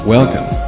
Welcome